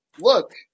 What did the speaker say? look